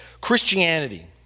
Christianity